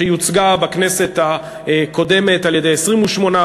שיוצגה בכנסת הקודמת על-ידי 28,